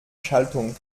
schaltung